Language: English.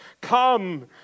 Come